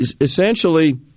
essentially